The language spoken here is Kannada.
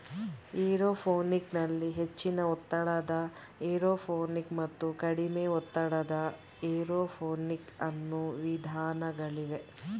ಏರೋಪೋನಿಕ್ ನಲ್ಲಿ ಹೆಚ್ಚಿನ ಒತ್ತಡದ ಏರೋಪೋನಿಕ್ ಮತ್ತು ಕಡಿಮೆ ಒತ್ತಡದ ಏರೋಪೋನಿಕ್ ಅನ್ನೂ ವಿಧಾನಗಳಿವೆ